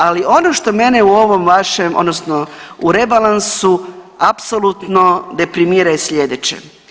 Ali ono što mene u ovom vašem odnosno u rebalansu apsolutno deprimira je slijedeće.